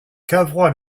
cavrois